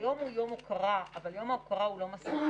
היום הוא יום הוקרה, אבל יום ההוקרה הוא לא מסכה.